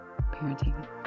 parenting